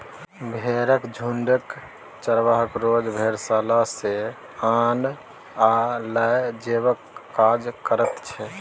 भेंड़क झुण्डकेँ चरवाहा रोज भेड़शाला सँ आनब आ लए जेबाक काज करैत छै